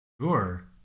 Sure